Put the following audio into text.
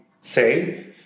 say